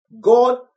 God